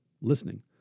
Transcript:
listening